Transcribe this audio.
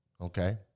Okay